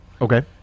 okay